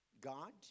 God